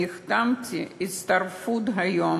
החתמתי היום